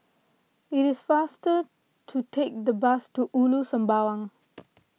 it is faster to take the bus to Ulu Sembawang